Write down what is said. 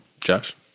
Josh